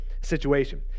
situation